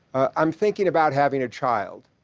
i'm thinking about having a child.